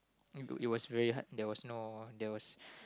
it was very hard there was no there was